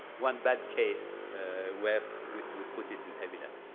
one bad case where we put it in evident.